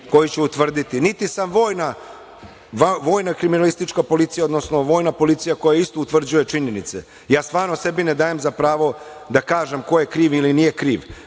koji će utvrditi, niti sam vojna kriminalistička policija, odnosno vojna policija koja isto utvrđuje činjenice. Ja stvarno sebi ne dajem za pravo da kažem ko je kriv ili nije kriv.